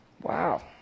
Wow